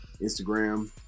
Instagram